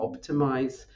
optimize